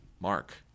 Mark